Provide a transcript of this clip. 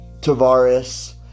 Tavares